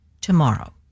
tomorrow